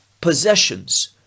possessions